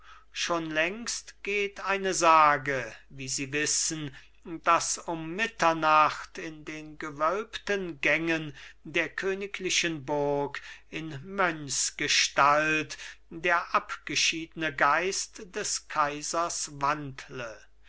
schon längst geht eine sage wie sie wissen daß um mitternacht in den gewölbten gängen der königlichen burg in mönchsgestalt der abgeschiedne geist des kaisers wandle